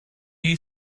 you